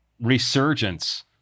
resurgence